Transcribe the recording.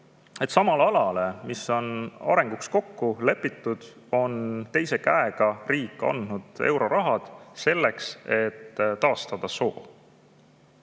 samale alale, mis on arenguks kokku lepitud, on teise käega riik andnud euroraha selleks, et seal taastada soo.